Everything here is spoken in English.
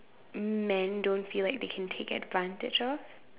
men don't feel like they can take advantage of